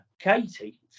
Katie